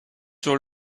sur